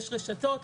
יש רשתות,